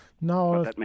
Now